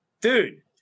dude